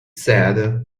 said